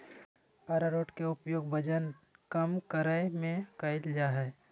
आरारोट के उपयोग वजन कम करय में कइल जा हइ